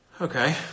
Okay